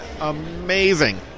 amazing